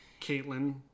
Caitlin